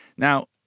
Now